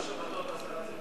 באותן שבתות השרה ציפי לבני,